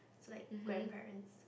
it's like grandparent